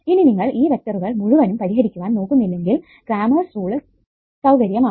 ഇനി നിങ്ങൾ ഈ വെക്ടറുകൾ മുഴുവനും പരിഹരിക്കുവാൻ നോക്കുന്നില്ലെങ്കിൽ ക്രാമെർസ് റൂൾ സൌകര്യമാണ്